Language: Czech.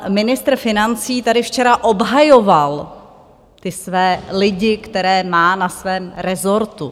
Pan ministr financí tady včera obhajoval ty své lidi, které má na svém resortu.